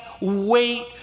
wait